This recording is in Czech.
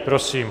Prosím.